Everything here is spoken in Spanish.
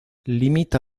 limita